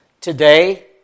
Today